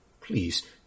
Please